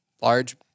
large